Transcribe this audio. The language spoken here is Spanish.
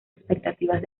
expectativas